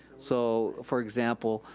so, for example,